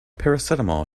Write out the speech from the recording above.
paracetamol